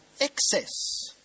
excess